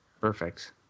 Perfect